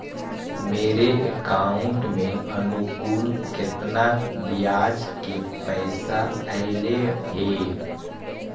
मेरे अकाउंट में अनुकुल केतना बियाज के पैसा अलैयहे?